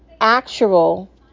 actual